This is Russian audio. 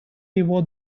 его